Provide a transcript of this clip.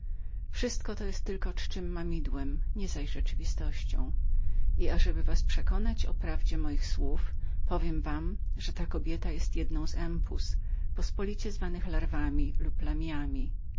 wszystko to jest tylko czczem mamidłem bynajmniej zaś rzeczywistością i ażeby was przekonać o prawdzie moich słów dowiedzcie się że ta kobieta jest jedną z empuzów czyli pospolicie zwanych larw lub